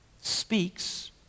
speaks